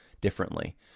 differently